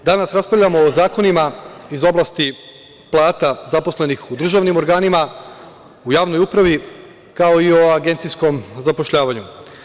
Danas raspravljamo o zakonima iz oblasti plata zaposlenih u državnim organima, u javnoj upravi, kao i o agencijskom zapošljavanju.